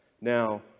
now